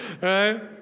right